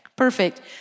Perfect